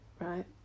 right